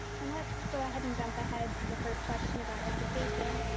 and let's go ahead and jump ahead to the first question about education.